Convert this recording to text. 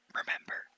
remember